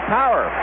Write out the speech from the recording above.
power